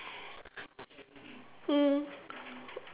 mm